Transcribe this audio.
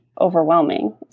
overwhelming